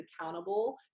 accountable